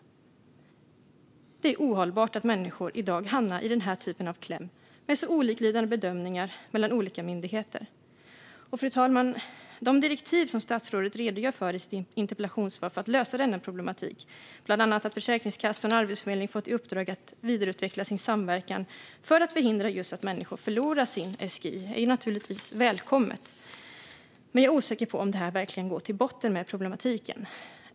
Så skriver alltså den här personen. Det är ohållbart att människor i dag ska hamna i kläm i den här typen av situationer med så oliklydande bedömningar från olika myndigheter. Fru talman! Det är naturligtvis välkommet med de direktiv som statsrådet redogör för i sitt interpellationssvar för att lösa denna problematik, bland annat att Försäkringskassan och Arbetsförmedlingen har fått i uppdrag att vidareutveckla sin samverkan för att just förhindra att människor förlorar sin SGI. Men jag är osäker på om man verkligen går till botten med problematiken med det här.